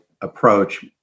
approach